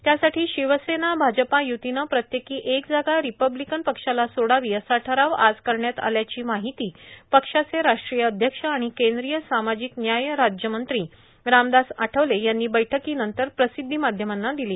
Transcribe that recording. त्यासाठी शिवसेना भाजप य्तीने प्रत्येकी एक जागा रिपब्लिकन पक्षाला सोडावी असा ठराव आज करण्यात आल्याची माहिती पक्षाचे राष्ट्रीय अध्यक्ष आणि केंद्रीय सामाजिक न्याय राज्यमंत्री रामदास आठवले यांनी बैठकीनंतर प्रसिद्धीमाध्यमांना दिली